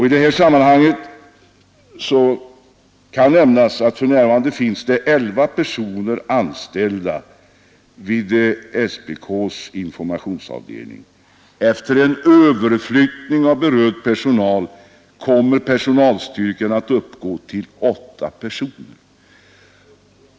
I detta sammanhang kan nämnas att det för närvarande finns elva personer anställda vid SPK:s informationsavdelning. Efter överflyttning av berörd personal kommer personalstyrkan att uppgå till åtta personer.